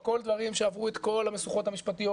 הכל דברים שעברו את כל המשוכות המשפטיות